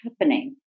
happening